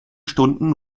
stunden